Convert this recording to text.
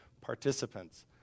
participants